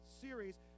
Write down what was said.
series